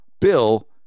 bill